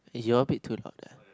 eh you all a bit too loud leh